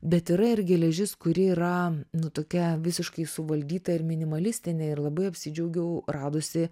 bet yra ir geležis kuri yra nu tokia visiškai suvaldyta ir minimalistinė ir labai apsidžiaugiau radusi